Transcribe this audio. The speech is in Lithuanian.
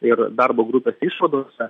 ir darbo grupės išvadose